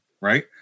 right